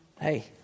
hey